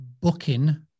booking